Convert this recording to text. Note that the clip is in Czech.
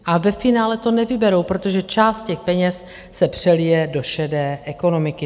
A ve finále to nevyberou, protože část těch peněz se přelije do šedé ekonomiky.